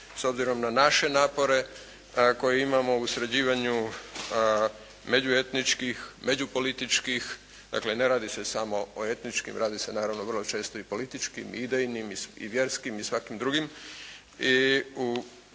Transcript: s obzirom na naše napore koje imamo u sređivanju međuetničkih, međupolitičkih, dakle ne radi se samo o etničkim, radi se naravno vrlo često i političkim, idejnim i vjerskim i svakim drugim.